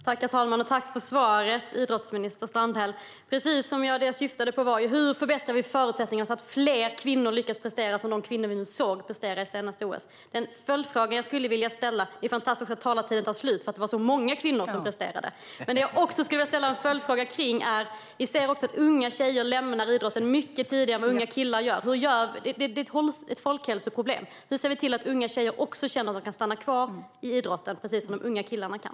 Herr talman! Tack för svaret, idrottsminister Strandhäll. Det jag syftade på var hur man ska förbättra förutsättningarna så att fler kvinnor lyckas prestera lika mycket som de kvinnor som vi kunde se under det senaste OS. Jag har också en följdfråga som jag vill ställa. Vi ser att unga tjejer lämnar idrotten mycket tidigare än vad unga killar gör, och det är ett folkhälsoproblem. Hur ser vi till att unga tjejer också kan stanna kvar inom idrotten precis som de unga killarna kan?